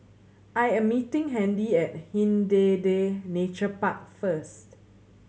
I am meeting Handy at Hindhede Nature Park first